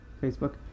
Facebook